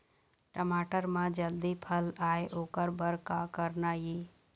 टमाटर म जल्दी फल आय ओकर बर का करना ये?